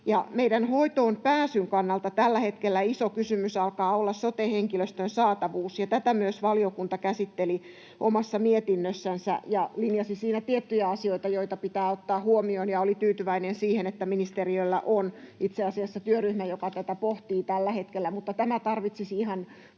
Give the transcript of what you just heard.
hoitoonpääsyn kannalta tällä hetkellä iso kysymys alkaa olla sote-henkilöstön saatavuus, ja tätä myös valiokunta käsitteli omassa mietinnössänsä ja linjasi siinä tiettyjä asioita, joita pitää ottaa huomioon, ja oli tyytyväinen siihen, että ministeriöllä on itse asiassa työryhmä, joka tätä pohtii tällä hetkellä. Mutta tämä tarvitsisi ihan